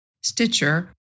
Stitcher